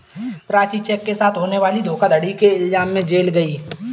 Prachi cheque के साथ होने वाली धोखाधड़ी के इल्जाम में जेल गई